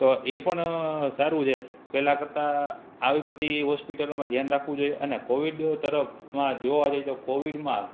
તો એ પણ સારું છે પહેલા કરતા આવી બધી હોસ્પિટલોમાં ધ્યાન રાખવું જોઈએ અને કોવીડ તરફમાં જોવા જઈએ તો કોવીડમાં